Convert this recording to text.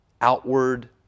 outward